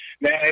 man